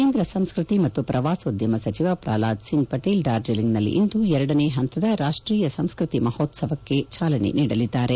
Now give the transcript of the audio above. ಕೇಂದ್ರ ಸಂಸ್ಟತಿ ಮತ್ತು ಪ್ರವಾಸೋದ್ಯಮ ಸಚಿವ ಪ್ರಹ್ಲಾದ್ ಸಿಂಗ್ ಪಟೇಲ್ ಡಾರ್ಜೆಲಿಂಗ್ನಲ್ಲಿ ಇಂದು ಎರಡನೇ ಹಂತದ ರಾಷ್ಟೀಯ ಸಂಸ್ಟತಿ ಮಹೋತ್ಸವಕ್ಕೆ ಚಾಲನೆ ನೀಡಲಿದ್ದಾರೆ